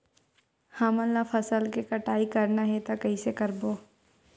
हमन ला फसल के कटाई करना हे त कइसे करबो?